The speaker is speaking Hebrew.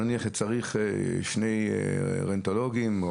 נניח שצריך שני רנטגנולוגים,